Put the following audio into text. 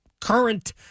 current